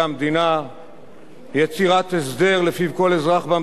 יצירת הסדר שלפיו כל אזרח במדינה ישרת בשירות צבאי,